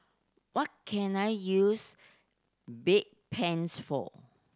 what can I use Bedpans for